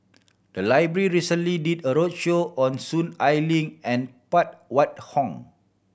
the library recently did a roadshow on Soon Ai Ling and Phan Wait Hong